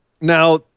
Now